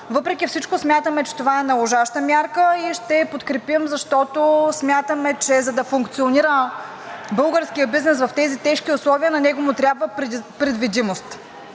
въпреки всичко смятаме, че това е належаща мярка, и ще я подкрепим, защото смятаме, че за да функционира българският бизнес в тези тежки условия, на него му трябва предвидимост.